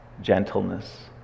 gentleness